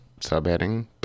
subheading